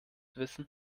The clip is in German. wissen